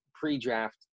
pre-draft